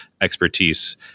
expertise